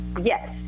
yes